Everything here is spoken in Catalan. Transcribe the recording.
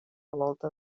volta